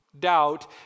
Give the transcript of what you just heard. Doubt